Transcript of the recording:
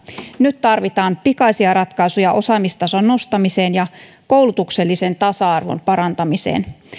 nyt tarvitaan pikaisia ratkaisuja osaamistason nostamiseen ja koulutuksellisen tasa arvon parantamiseen